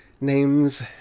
names